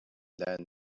then